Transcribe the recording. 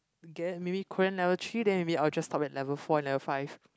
get maybe korean level three then maybe I will just stop at level four and level five